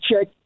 check